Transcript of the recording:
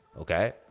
okay